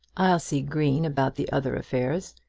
i'll see green about the other affairs.